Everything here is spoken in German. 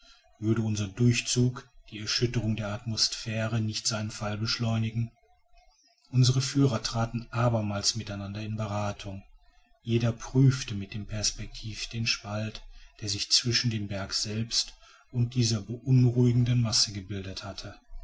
würde unser durchzug die erschütterung der atmosphäre nicht seinen fall beschleunigen unsere führer traten abermals mit einander in berathung jeder prüfte mit dem perspectiv den spalt der sich zwischen dem berge selbst und dieser beunruhigenden masse gebildet hatte